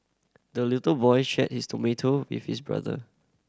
the little boy shared his tomato with his brother